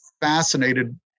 fascinated